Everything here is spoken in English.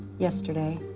yesterday.